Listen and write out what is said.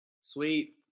Sweet